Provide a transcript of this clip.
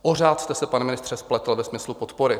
O řád jste se, pane ministře, spletl ve smyslu podpory.